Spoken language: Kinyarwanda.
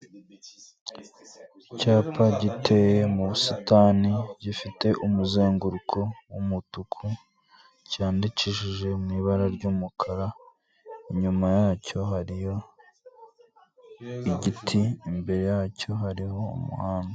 Icyapa giteye mu busitani gifite umuzenguruko w'umutuku cyandikishije mu ibara ry'umukara, inyuma yacyo hariyo igiti imbere yacyo hariho umuhanda.